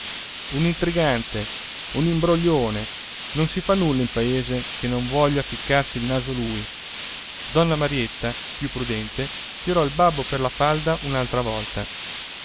un intrigante un imbroglione non si fa nulla in paese che non voglia ficcarci il naso lui donna marietta più prudente tirò il babbo per la falda un'altra volta